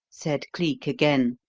said cleek again.